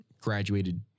graduated